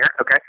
Okay